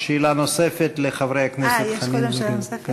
שאלה נוספת לחברי הכנסת חנין,